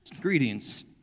Greetings